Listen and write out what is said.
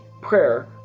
prayer